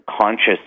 conscious